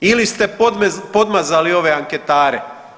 Ili ste podmazali ove anketare.